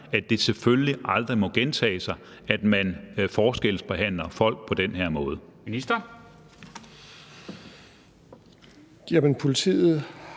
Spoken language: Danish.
at det selvfølgelig aldrig må gentage sig, at man forskelsbehandler folk på den her måde?